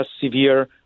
severe